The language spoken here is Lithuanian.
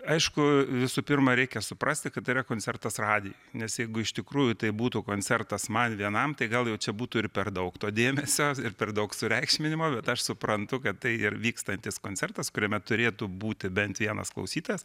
aišku visų pirma reikia suprasti kad tai yra koncertas radijuj nes jeigu iš tikrųjų tai būtų koncertas man vienam tai gal jau čia būtų ir per daug to dėmesio ir per daug sureikšminimo bet aš suprantu kad tai ir vykstantis koncertas kuriame turėtų būti bent vienas klausytojas